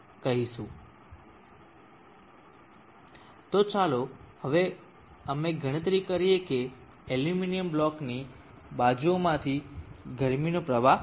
તો ચાલો હવે ગણતરી કરીએ કે એલ્યુમિનિયમ બ્લોકની બાજુઓમાંથી ગરમીનો પ્રવાહ શું છે